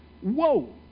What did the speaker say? Whoa